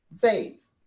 faith